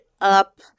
up